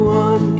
one